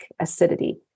acidity